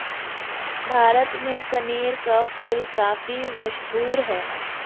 भारत में कनेर का फूल काफी मशहूर है